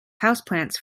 houseplants